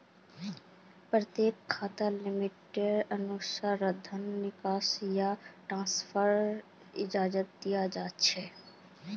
प्रत्येक खाताक लिमिटेर अनुसा र धन निकासी या ट्रान्स्फरेर इजाजत दीयाल जा छेक